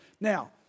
Now